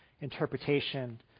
interpretation